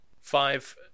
Five